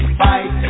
fight